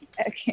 Okay